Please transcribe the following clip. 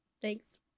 Thanks